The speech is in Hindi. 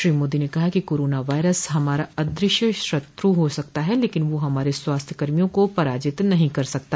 श्री मोदी ने कहा कि कोरोना वायरस हमारा अदृश्य शत्रु हो सकता है लेकिन वह हमारे स्वास्थ्यकर्मियों को पराजित नहीं कर सकता